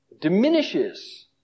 Diminishes